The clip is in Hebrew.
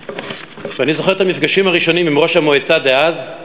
אני זוכר את המפגשים הראשונים עם ראש המועצה דאז.